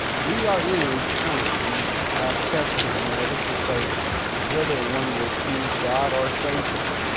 we are in a time of testing, that is to say whether one will choose god or satan.